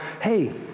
hey